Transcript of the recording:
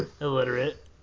illiterate